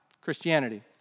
Christianity